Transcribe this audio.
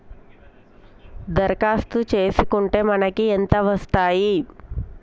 దరఖాస్తు చేస్కుంటే మనకి ఎంత వస్తాయి?